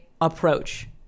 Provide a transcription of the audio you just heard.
approach